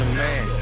man